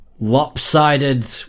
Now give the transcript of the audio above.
lopsided